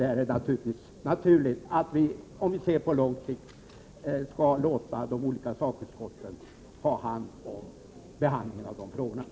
Det är en självklarhet här att vi skall låta de olika sakutskotten ha hand om behandlingen av sakärenden.